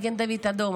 מגן דוד אדום,